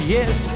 Yes